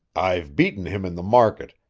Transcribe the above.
i've beaten him in the market,